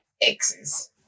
exes